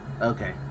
okay